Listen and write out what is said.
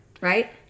Right